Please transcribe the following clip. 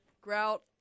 grout